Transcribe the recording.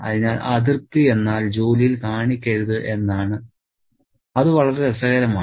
അതിനാൽ അതൃപ്തി എന്നാൽ ജോലിയിൽ കാണിക്കരുത് എന്നാണ് അത് വളരെ രസകരമാണ്